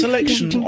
Selection